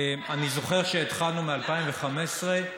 אני זוכר שהתחלנו ב-2015,